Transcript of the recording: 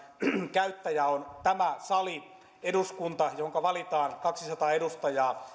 käyttäjä on tämä sali eduskunta johonka valitaan kaksisataa edustajaa